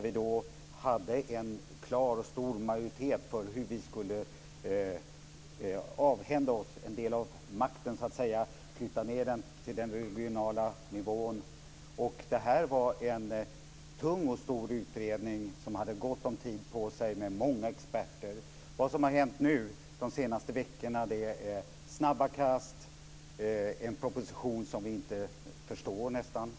Vi hade en stor och klar majoritet för hur vi skulle avhända oss en del av makten, så att säga, hur vi skulle flytta ned den till den regionala nivån. Det var en tung och stor utredning som hade gått om tid på sig med många experter. Vad som har hänt nu de senaste veckorna är snabba kast. Vi har en proposition som vi nästan inte förstår.